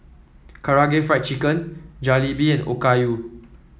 Karaage Fried Chicken Jalebi and Okayu